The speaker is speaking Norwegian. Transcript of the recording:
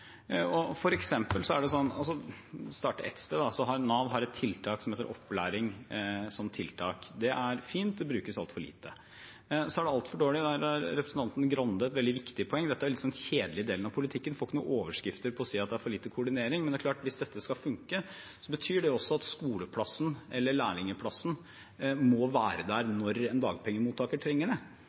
starte et sted: Det er f.eks. sånn at Nav har et tiltak som heter opplæring. Det er fint, men det brukes altfor lite. Så er det altfor dårlig, og der har representanten Grande et veldig viktig poeng, dette er den litt kjedelige delen av politikken, man får ikke noen overskrifter for å si at det er for lite koordinering, men det er klart at hvis dette skal funke, betyr det også at skoleplassen eller lærlingplassen må være der når en dagpengemottaker trenger det.